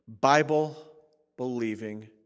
Bible-believing